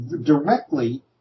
directly